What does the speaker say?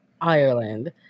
ireland